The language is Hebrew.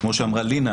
כמו שאמרה לינא,